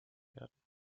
werden